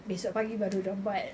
besok pagi baru dia orang buat